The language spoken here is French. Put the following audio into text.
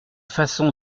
façon